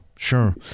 Sure